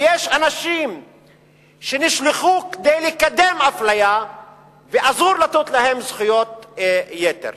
ויש אנשים שנשלחו כדי לקדם אפליה ואסור לתת להם זכויות יתר.